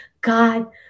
God